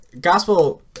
gospel